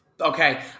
okay